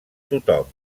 tothom